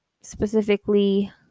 specifically